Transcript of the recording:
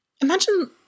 imagine